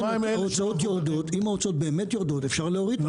אבל מה עם --- אם ההוצאות יורדות אפשר להוריד.